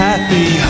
Happy